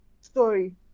story